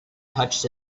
touched